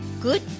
Good